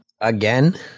Again